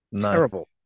terrible